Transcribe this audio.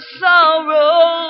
sorrow